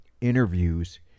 interviews